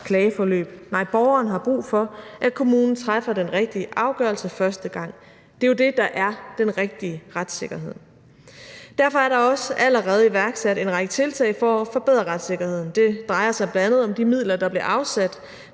klageforløb. Nej, borgeren har brug for, at kommunen træffer den rigtige afgørelse første gang. Det er jo det, der er den rigtige retssikkerhed. Derfor er der også allerede iværksat en række tiltag for at forbedre retssikkerheden. Det drejer sig bl.a. om de midler, der blev afsat